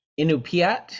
inupiat